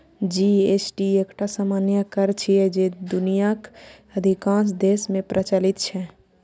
GST एकटा सामान्य कर छियै, जे दुनियाक अधिकांश देश मे प्रचलित छै